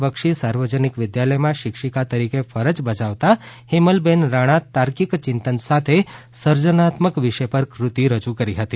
બક્ષી સાર્વજનિક વિદ્યાલય માં શિક્ષિકા તરીકે ફરજ બજાવતા હેમલ બેન રાણા તાર્કિક ચિંતન સાથે સર્જનાત્મક વિષય પર ફતિ રજુ કરી હતી